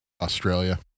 Australia